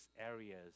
areas